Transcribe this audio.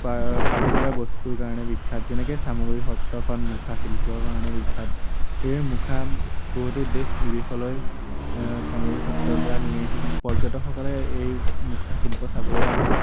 পাৰ particular বস্তুৰ কাৰণে বিখ্যাত যেনেকে চামগুৰী সত্ৰখন মুখা শিল্পৰ কাৰণে বিখ্যাত এই মুখা বহুতো দেশ বিদেশলৈ সামগ্ৰী সত্ৰৰ পৰা নি আহি পৰ্যটকসকলে এই মুখা শিল্প চাবলৈ আহে